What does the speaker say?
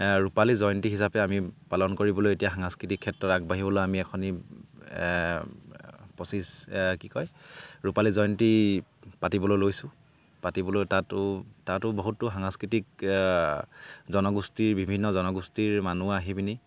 ৰূপালী জয়ন্তী হিচাপে আমি পালন কৰিবলৈ এতিয়া সাংস্কৃতিক ক্ষেত্ৰত আগবাঢ়িবলৈ আমি এখনি পঁচিছ কি কয় ৰূপালী জয়ন্তী পাতিবলৈ লৈছোঁ পাতিবলৈ তাতো তাতো বহুতো সাংস্কৃতিক জনগোষ্ঠীৰ বিভিন্ন জনগোষ্ঠীৰ মানুহ আহি পিনি